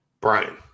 Brian